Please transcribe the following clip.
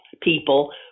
people